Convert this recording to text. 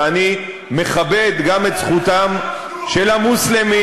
ואני מכבד גם את זכותם של המוסלמים,